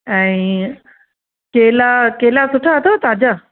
ऐं केला केला सुठा अथव ताज़ा